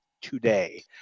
today